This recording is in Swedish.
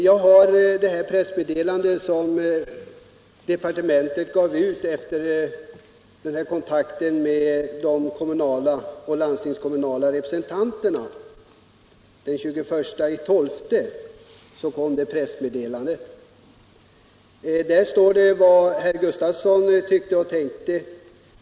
Jag har här ett pressmeddelande av den 21 december, som departementet gav ut efter kontakten med de kommunala och landstingskommunala representanterna. Där står det vad herr Gustavsson tyckte och tänkte.